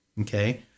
Okay